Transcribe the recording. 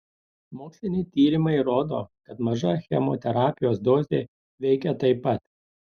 moksliniai tyrimai rodo kad maža chemoterapijos dozė veikia taip pat